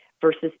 versus